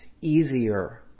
easier